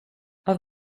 have